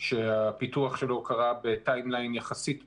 שהפיתוח שלו קרה בטיים-ליין יחסית מהיר,